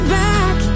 back